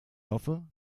hoffe